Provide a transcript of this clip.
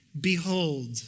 Behold